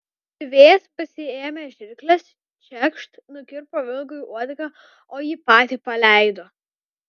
siuvėjas pasiėmė žirkles čekšt nukirpo vilkui uodegą o jį patį paleido